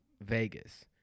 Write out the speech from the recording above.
Vegas